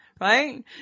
right